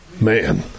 man